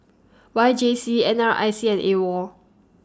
Y J C N R I C and AWOL